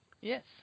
Yes